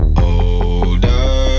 older